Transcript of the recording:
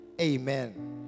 Amen